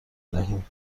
دهیم